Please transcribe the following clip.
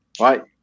right